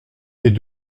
est